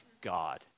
God